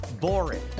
boring